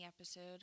episode